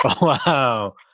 Wow